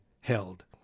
held